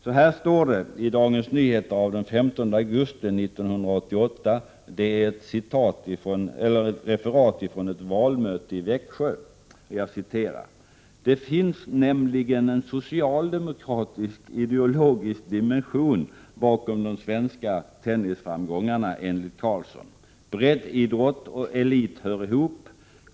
Så här står det i Dagens Nyheter den 15 augusti 1988 i ett referat från ett valmöte i Växjö: ”Det finns nämligen en socialdemokratisk ideologisk dimension bakom de svenska tennisframgångarna, enligt Carlsson. Breddidrott och elit hör ihop.